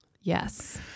Yes